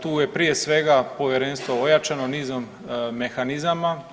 Tu je prije svega povjerenstvo ojačano nizom mehanizama.